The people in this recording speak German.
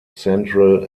central